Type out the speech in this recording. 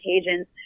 occasions